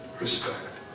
respect